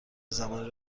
زمانی